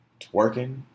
twerking